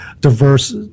diverse